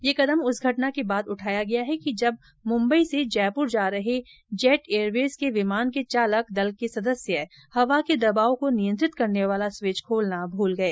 यह कंदम उस घटना के बाद उठाया गया है जब मुम्बई र्स जयपुर जा रहे जेट एयरवेज के विमान के चालक दल के सदस्य हवा के दबाव को नियंत्रित करने वाला स्विच खोलना भूल गए